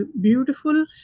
beautiful